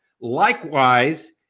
Likewise